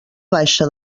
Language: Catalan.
baixa